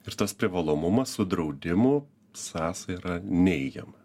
ir tas privalomumas su draudimu sąsaja yra neigiama